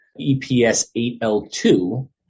EPS8L2